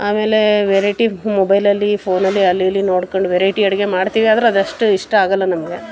ಆಮೇಲೆ ವೆರೈಟಿ ಮೊಬೈಲಲ್ಲಿ ಫೋನಲ್ಲಿ ಅಲ್ಲಿ ಇಲ್ಲಿ ನೋಡ್ಕೊಂಡು ವೆರೈಟಿ ಅಡುಗೆ ಮಾಡ್ತೀವಿ ಆದ್ರೆ ಅದಷ್ಟು ಇಷ್ಟ ಆಗೋಲ್ಲ ನಮಗೆ